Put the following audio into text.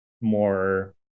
more